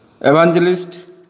Evangelist